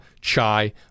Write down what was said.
chai